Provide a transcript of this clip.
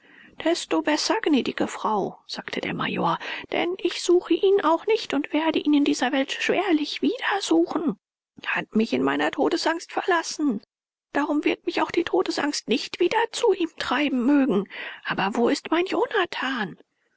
desto besser gnädige frau sagte der major denn ich suche ihn auch nicht und werd ihn in dieser welt schwerlich wieder suchen hat mich in meiner todesangst verlassen darum wird mich auch die todesangst nicht wieder zu ihm treiben mögen aber wo ist mein jonathan